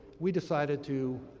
we decided to